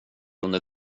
under